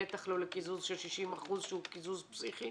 בטח לא לקיזוז של 60% שהוא קיזוז פסיכי